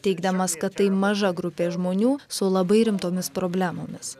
teigdamas kad tai maža grupė žmonių su labai rimtomis problemomis